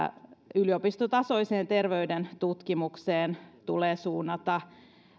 yliopistotasoiseen terveyden tutkimukseen tulee suunnata